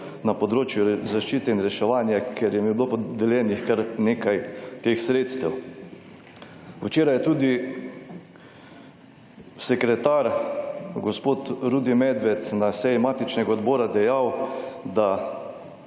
na področju zaščite in reševanja, ker jim je bilo podeljenih kar nekaj teh sredstev. Včeraj je tudi sekretar, gospod Rudi Medved, na seji matičnega odbora dejal, da